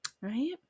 right